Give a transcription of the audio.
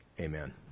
Amen